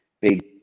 big